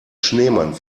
schneemann